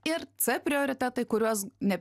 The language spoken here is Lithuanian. ir c prioritetai kuriuos ne